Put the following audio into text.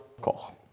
Koch